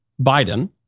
Biden